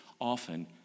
often